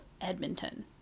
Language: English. Edmonton